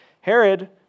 Herod